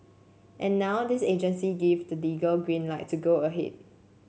and now this agency give the legal green light to go ahead